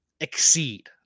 exceed